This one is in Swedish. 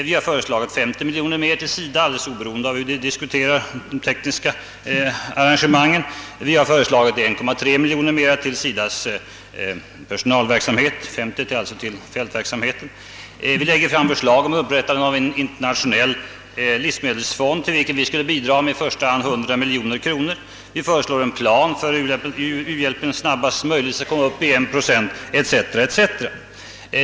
Vi har föreslagit 50 miljoner kronor mer till SIDA:s fältverksamhet, 1,3 miljon kronor mer till SIDA:s personalkonto, vi lägger fram förslag till upprättande av en internationell livsmedelsfond till vilken vi skulle bidra med i första hand 100 miljoner kronor, vi föreslår en plan för att u-hjälpen snabbast möjligt skall komma upp till 1 procent, etc.